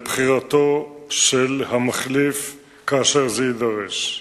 של המחליף כאשר זה יידרש.